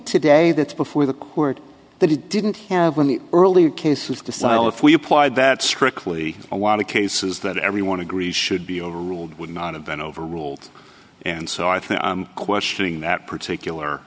today that's before the court that he didn't have when the earlier case was decide all if we applied that strictly a lot of cases that everyone agrees should be overruled would not have been overruled and so i think i'm questioning that particular